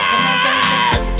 Yes